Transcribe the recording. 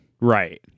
Right